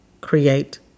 create